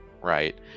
right